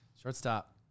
shortstop